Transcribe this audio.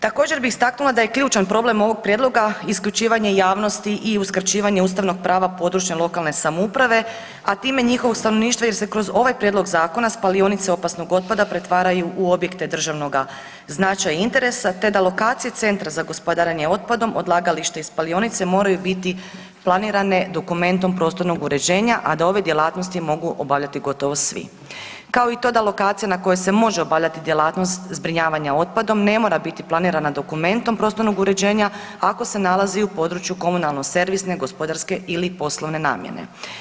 Također bi istaknula je ključan problem ovog prijedlog isključivanje javnosti i uskraćivanje ustavnog prava područja lokalne samouprave, a time i njihovo stanovništvo jer se kroz ovaj prijedlog zakona spalionice opasnog otpada pretvaraju u objekte državnoga značaja i interesa te da lokacije centra za gospodarenje otpadom, odlagalište i spalionice moraju biti planirane dokumentom prostornog uređenja, a da ove djelatnosti mogu obavljati gotovo svi, kao i to da lokacija na kojoj se može obavljati djelatnost zbrinjavanja otpadom ne mora biti planirana dokumentom prostornog uređenja ako se nalazi u području komunalno servisne, gospodarske ili poslovne namjene.